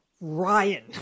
Ryan